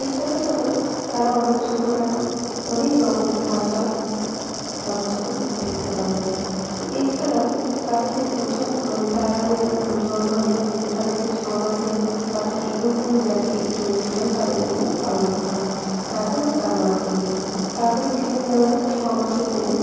এর সাথে সাথেও তারা অনেক ছোটো খাটো অনেক রকমের আচার ব্যবস্থা দেখতে পাওয়া যায় তো এছাড়াও তাদের যে প্রথম মানে তারা যে জন্মালে তাদের যে ছ মাসে তাদের একুশ দিন গেলে একটি অনুষ্ঠান তাদেরকে নিয়ে পালন করা হয় তাকে ও তার মাকে নিয়ে তারপরে কিছু দিন যাওয়ার পর ছ মাসের দিনে